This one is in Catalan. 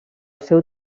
seu